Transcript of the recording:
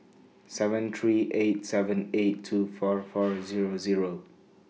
seven three eight seven eight two four four Zero Zero